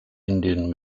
indian